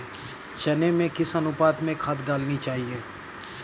चने में किस अनुपात में खाद डालनी चाहिए?